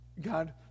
God